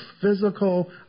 physical